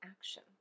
action